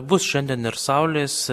bus šiandien ir saulės